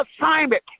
assignment